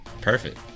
Perfect